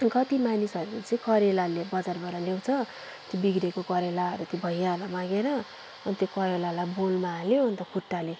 कति मानिसहरूले चाहिँ करेलाले बजारबाट ल्याउँछ त्यो बिग्रेको करेलाहरू त्यो भैयाहरूलाई मागेर अनि त्यो करेलालाई बोलमा हाल्यो अन्त खुट्टाले